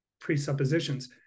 presuppositions